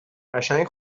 قشنگ